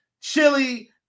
chili